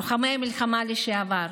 לוחמי מלחמה לשעבר,